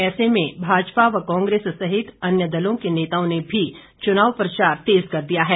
ऐसे में भाजपा व कांग्रेस सहित अन्य दलों के नेताओं ने भी चुनाव प्रचार तेज कर दिया है